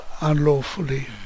unlawfully